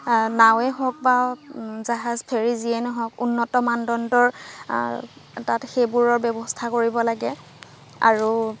নাওৱে হওক বা জাহাজ ফেৰী যিয়ে নহওক উন্নত মানদণ্ডৰ তাত সেইবোৰৰ ব্যৱস্থা কৰিব লাগে আৰু